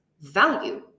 value